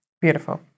Beautiful